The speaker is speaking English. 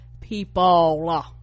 people